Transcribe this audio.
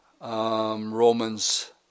Romans